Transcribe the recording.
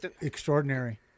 extraordinary